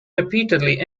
repeatedly